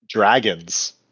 Dragons